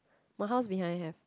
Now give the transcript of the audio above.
my house behind have